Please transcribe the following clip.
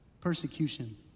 Persecution